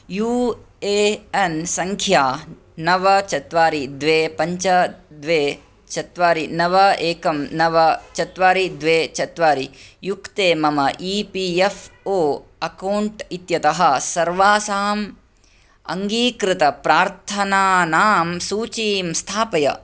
you A N सङ्ख्या नव चत्वारि द्वे पञ्च द्वे चत्वारि नव एकं नव चत्वारि द्वे चत्वारि युक्ते मम E P F O account इत्यतः सर्वासां अङ्गीकृतप्रार्थनानां सूचीं स्थापय